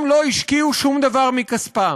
הם לא השקיעו שום דבר מכספם.